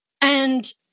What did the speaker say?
And-